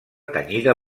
tenyida